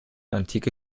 antike